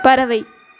பறவை